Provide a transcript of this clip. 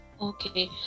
Okay